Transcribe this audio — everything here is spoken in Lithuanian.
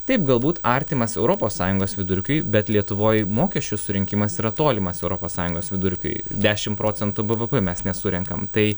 taip galbūt artimas europos sąjungos vidurkiui bet lietuvoj mokesčių surinkimas yra tolimas europos sąjungos vidurkiui dešim procentų bvp mes nesurenkam tai